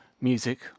music